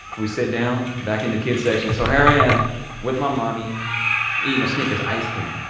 we sit down back in the kid section. so, here i am with my mommy eating a snickers ice cream.